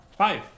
Five